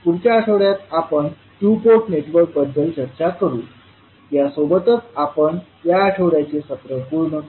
पुढच्या आठवड्यात आपण 2 पोर्ट नेटवर्क बद्दल चर्चा करू या सोबतच आपण या आठवड्याचे सत्र पूर्ण करू